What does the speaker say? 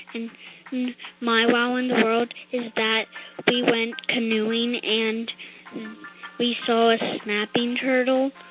and my wow in the world is that we went canoeing, and we saw a snapping turtle.